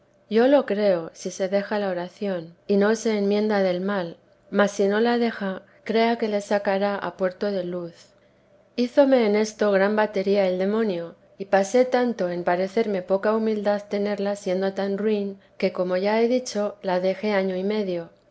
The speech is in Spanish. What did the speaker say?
yo lo creo si se deja la oración y no se enmienda del mal mas si no la deja crea que le sacará a puerto de luz teresa de hízome en esto gran batería el demonio y pasé tanto en parecerme poca humildad tenerla siendo tan ruin que como ya he dicho la dejé año y medio